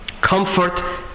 Comfort